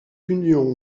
union